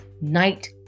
night